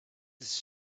this